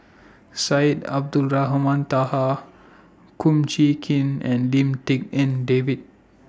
Syed Abdulrahman Taha Kum Chee Kin and Lim Tik En David